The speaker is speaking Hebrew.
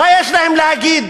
מה יש להם להגיד.